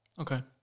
okay